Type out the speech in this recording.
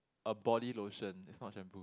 a body lotion is not shampoo